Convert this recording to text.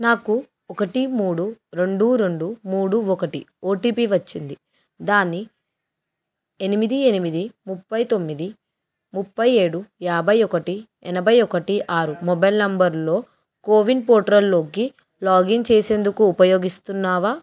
నాకు ఒకటి మూడు రెండు రెండు మూడు ఒకటి ఓటీపీ వచ్చింది దాన్ని ఎనిమిది ఎనిమిది ముప్పై తొమ్మిది ముప్పై ఏడు యాభై ఒకటి ఎనభై ఒకటి ఆరు మొబైల్ నంబర్లో కోవిన్ పోర్టల్లోకి లాగిన్ చేసేందుకు ఉపయోగిస్తున్నావా